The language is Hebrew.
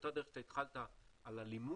באותה דרך שאתה התחלת על הלימוד,